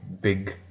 big